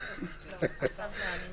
אני רוצה להסביר גם את הלוגיקה.